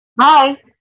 Hi